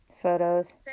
Photos